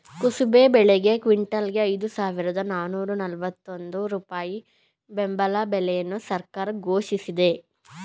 ಕುಸುಬೆ ಬೆಳೆಗೆ ಕ್ವಿಂಟಲ್ಗೆ ಐದು ಸಾವಿರದ ನಾನೂರ ನಲ್ವತ್ತ ಒಂದು ರೂಪಾಯಿ ಬೆಂಬಲ ಬೆಲೆಯನ್ನು ಸರ್ಕಾರ ಘೋಷಿಸಿದೆ